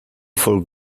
for